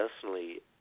personally